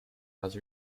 has